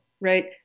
right